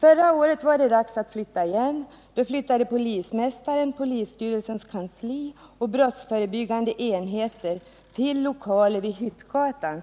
Förra året var det dags att flytta igen. Då flyttade polismästaren, polisstyrelsens kansli och brottsförebyggande enheten till lokaler vid Hyttgatan,